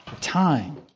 time